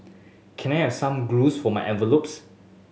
can I have some glues for my envelopes